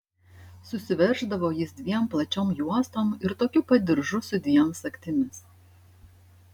susiverždavo jis dviem plačiom juostom ir tokiu pat diržu su dviem sagtimis